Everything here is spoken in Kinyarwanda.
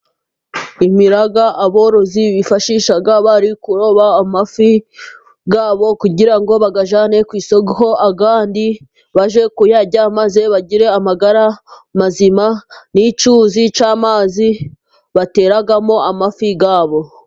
Imiyaga aborozi bifashisha bari kuroba amafi yabo kugira ngo bagajyanane ku isoko ayandi bajye kuyarya, maze bagire amagara mazima n'icyuzi cy'amazi bateramo amafi yabo.